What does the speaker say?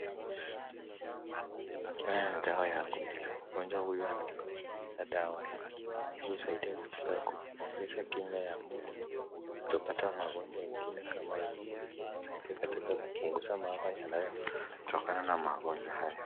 anataka kumeza. Ugonjwa huu anataka kumeza dawa hii. Hii husaidia katika kuongeza kinga ya mwili. Kutopata magonjwa ingine kama hii. Pia husaidia katika kupunguza madhara yanayotokana na magonjwa haya.